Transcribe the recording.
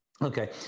Okay